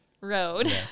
Road